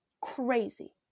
crazy